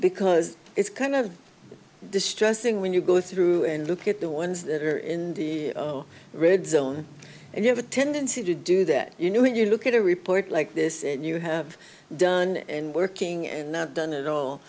because it's kind of distressing when you go through and look at the ones that are in the red zone and you have a tendency to do that you know when you look at a report like this and you have done and working and